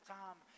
time